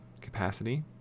capacity